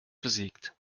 besiegt